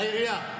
העירייה.